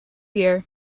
year